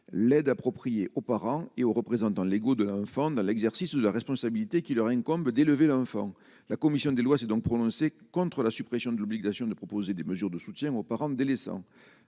l'aide appropriée aux parents et aux représentants légaux de l'enfant dans l'exercice de la responsabilité qui leur incombe d'élever l'enfant, la commission des lois, s'est donc prononcée contre la suppression de l'obligation de proposer des mesures de soutien aux parents, délaissant